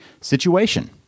situation